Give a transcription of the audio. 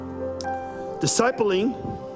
Discipling